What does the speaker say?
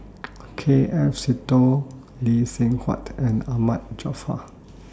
K F Seetoh Lee Seng Huat and Ahmad Jaafar